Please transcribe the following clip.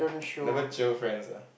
never jio friends ah